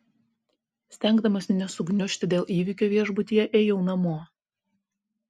stengdamasi nesugniužti dėl įvykio viešbutyje ėjau namo